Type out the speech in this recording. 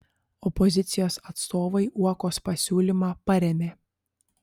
opozicijos atstovai uokos pasiūlymą parėmė